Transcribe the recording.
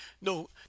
no